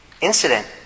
incident